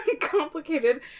complicated